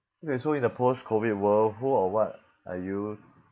okay so in the post COVID world who or what are you